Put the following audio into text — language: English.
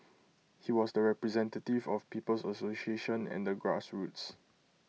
he was the representative of people's association and the grassroots